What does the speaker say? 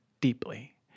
deeply